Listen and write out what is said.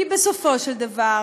כי בסופו של דבר